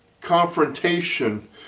confrontation